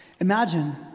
Imagine